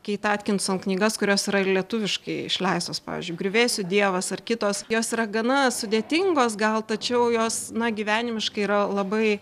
keit atkinson knygas kurios yra ir lietuviškai išleistos pavyzdžiui griuvėsių dievas ar kitos jos yra gana sudėtingos gal tačiau jos na gyvenimiškai yra labai